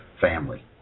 family